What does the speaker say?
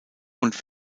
und